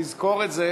נזכור את זה